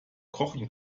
kochen